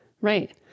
Right